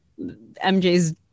MJ's